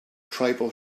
tribal